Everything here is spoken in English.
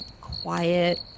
quiet